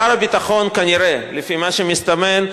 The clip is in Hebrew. שר הביטחון כנראה החליט,